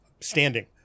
standing